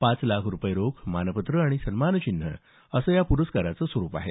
पाच लाख रोख रूपये मानपत्र आणि मानचिन्ह असं या पुरस्काराचं स्वरुप आहे